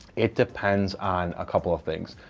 it depends on a couple of things.